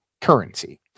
currency